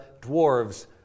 dwarves